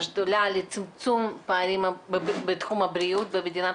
השדולה לצמצום פערים בתחום הבריאות במדינת